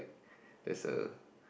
that's a